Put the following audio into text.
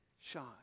shine